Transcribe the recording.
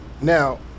Now